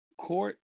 court